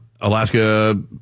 Alaska